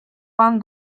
pan